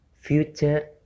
future